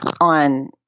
on